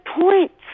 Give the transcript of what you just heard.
points